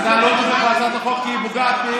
אתה לא תומך בהצעת החוק כי היא פוגעת,